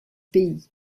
pays